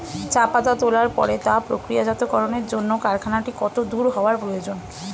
চা পাতা তোলার পরে তা প্রক্রিয়াজাতকরণের জন্য কারখানাটি কত দূর হওয়ার প্রয়োজন?